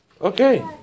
Okay